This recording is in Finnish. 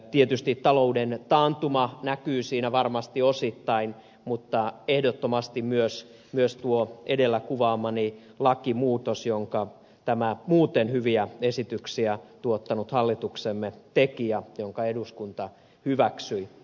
tietysti talouden taantuma näkyy siinä varmasti osittain mutta ehdottomasti myös tuo edellä kuvaamani lakimuutos jonka tämä muuten hyviä esityksiä tuottanut hallituksemme teki ja jonka eduskunta hyväksyi